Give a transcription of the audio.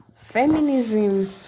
feminism